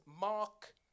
Mark